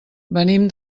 venim